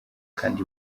kandi